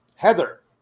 Heather